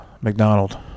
McDonald